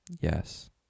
Yes